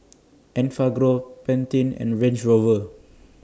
Enfagrow Pantene and Range Rover